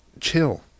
chill